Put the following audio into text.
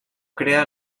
crea